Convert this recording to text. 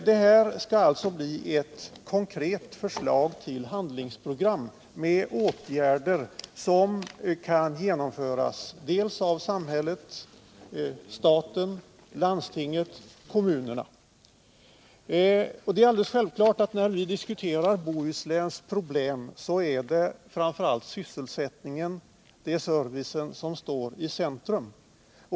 Det här skall alltså bli ett konkret förslag till handlingsprogram som kan genomföras av samhället — staten, landstinget och kommunerna. När vi diskuterar Bohusläns problem är det framför allt sysselsättningen och servicen som står i centrum.